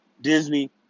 Disney